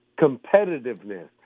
competitiveness